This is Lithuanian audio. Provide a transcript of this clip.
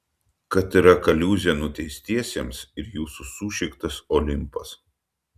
kad yra kaliūzė nuteistiesiems ir jūsų sušiktas olimpas